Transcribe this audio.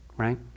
right